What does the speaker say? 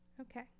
Okay